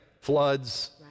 Floods